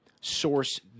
source